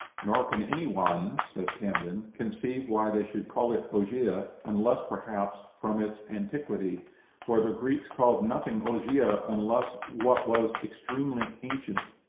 nor can any one, says camden, conceive why they should call it ogygia, unless, perhaps, from its antiquity for the greeks called nothing ogygia unless what was extremely ancient.